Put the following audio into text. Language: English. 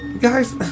guys